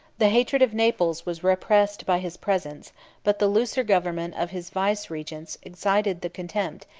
the hatred of naples was repressed by his presence but the looser government of his vicegerents excited the contempt,